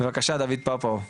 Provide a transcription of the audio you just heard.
בבקשה דויד פפו,